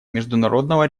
международного